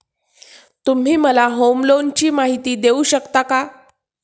तुम्ही मला होम लोनची माहिती देऊ शकता का?